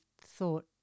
thought